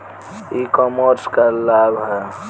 ई कॉमर्स क का लाभ ह?